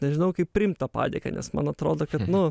nežinau kaip priimt tą padėką nes man atrodo kad nu